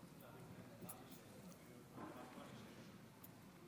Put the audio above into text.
איפה שר התקשורת?